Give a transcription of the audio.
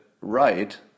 right